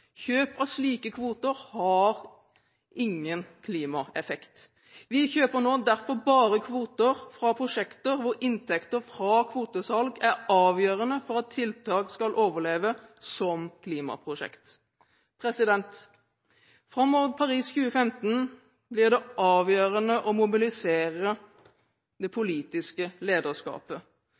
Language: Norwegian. Kjøp av slike kvoter har ingen klimaeffekt. Vi kjøper derfor nå bare kvoter fra prosjekter hvor inntekter fra kvotesalg er avgjørende for at tiltak skal overleve som klimaprosjekt. Fram mot Paris 2015 blir det avgjørende å mobilisere det politiske lederskapet.